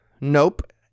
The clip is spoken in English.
nope